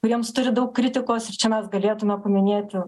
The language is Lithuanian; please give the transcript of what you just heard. kuriems turi daug kritikos ir čia mes galėtume paminėti